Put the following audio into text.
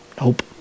Nope